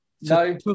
No